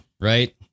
right